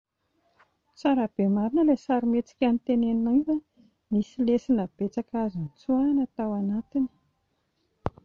Tsara be marina ilay sarimihetsika noteneninao iny a, nisy lesona betsaka azo notsoahina tao anatiny